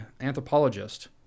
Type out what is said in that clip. anthropologist